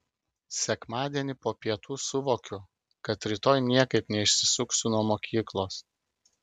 sekmadienį po pietų suvokiu kad rytoj niekaip neišsisuksiu nuo mokyklos